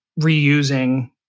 reusing